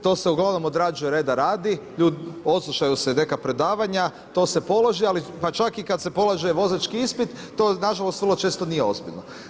To se uglavnom odrađuje reda radi, odslušaju se neka predavanja, to se položi, ali pa čak i kada se polaže vozački ispit to nažalost vrlo često nije ozbiljno.